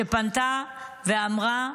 שפנתה ואמרה: